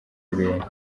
ibintu